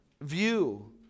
view